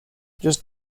just